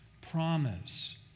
promise